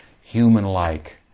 human-like